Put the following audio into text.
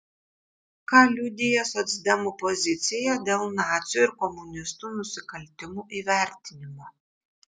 ką liudija socdemų pozicija dėl nacių ir komunistų nusikaltimų įvertinimo